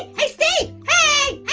hey steve, hey! hey